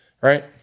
Right